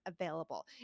available